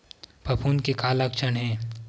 फफूंद के का लक्षण हे?